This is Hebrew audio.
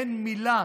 אין מילה